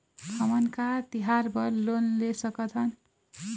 हमन का तिहार बर लोन ले सकथन?